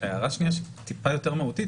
הערה שנייה שהיא יותר מהותית,